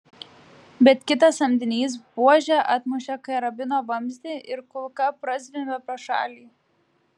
bet kitas samdinys buože atmušė karabino vamzdį ir kulka prazvimbė pro šalį